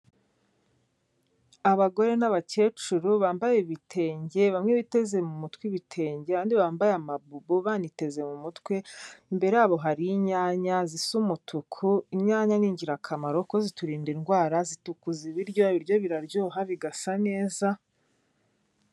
Abagore n'abakecuru bambaye ibitenge, bamwe biteze mu mutwe ibitenge, abandi bambaye amabubo baniteze mu mutwe, imbere hari inyanya zisa umutuku, imyanya ni ingirakamaro, kuko ziturinda indwara, zitukuza ibirya, ibiryo biraryoha bigasa neza.